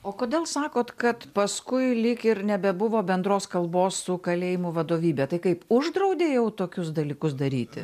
o kodėl sakot kad paskui lyg ir nebebuvo bendros kalbos su kalėjimų vadovybe tai kaip uždraudė jau tokius dalykus daryti